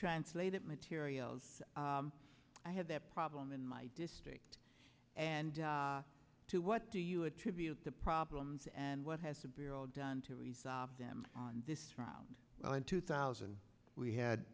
translated materials i had that problem in my district and to what do you attribute the problems and what has to be all done to resolve them on this round in two thousand we had